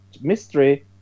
mystery